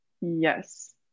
yes